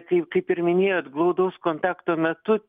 kaip kaip ir minėjot glaudaus kontakto metu